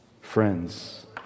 friends